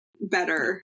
better